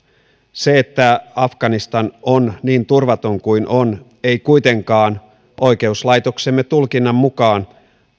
se että afganistan on niin turvaton kuin on ei kuitenkaan oikeuslaitoksemme tulkinnan mukaan